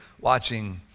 watching